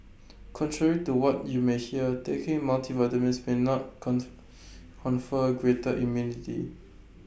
contrary to what you may hear taking multivitamins may not con confer greater immunity